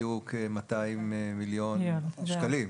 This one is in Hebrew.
יהיו כ-200 מיליארד שקלים.